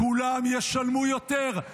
כולם ישלמו יותר,